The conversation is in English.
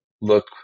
look